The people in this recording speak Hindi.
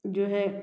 जो है